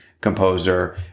composer